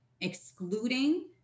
excluding